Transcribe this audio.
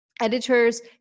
editors